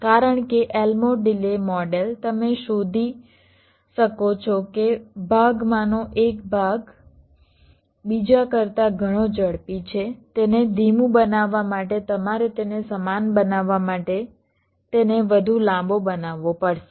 કારણ કે Elmore delay model તમે શોધી શકો છો કે ભાગમાંનો એક ભાગ બીજા કરતા ઘણો ઝડપી છે તેને ધીમું બનાવવા માટે તમારે તેને સમાન બનાવવા માટે તેને વધુ લાંબો બનાવવો પડશે